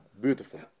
Beautiful